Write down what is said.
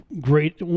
great